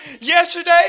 yesterday